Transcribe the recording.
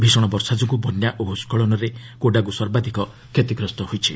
ଭୀଷଣ ବର୍ଷା ଯୋଗୁଁ ବନ୍ୟା ଓ ଭୂସ୍କଳନରେ କୋଡାଗୁ ସର୍ବାଧିକ କ୍ଷତିଗ୍ରସ୍ତ ହୋଇଛି